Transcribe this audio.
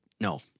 No